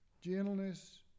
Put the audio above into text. gentleness